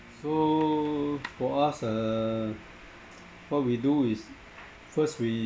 so for us err what we do is first we